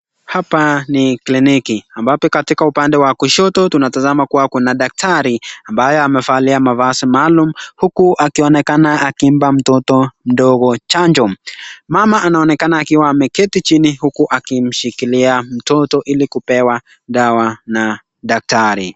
Hapa ni kliniki ambapo katika upande wa kushoto tunatazama kuwa kuna daktari ambaye amevalia mavazi maalum huku akionekana akimpa mtoto mdogo chanjo , mama anaonekana akiwa ameketi chini huku akimshikilia mtoto ili kupewa dawa na daktari.